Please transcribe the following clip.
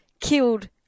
killed